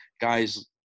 guys